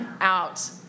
out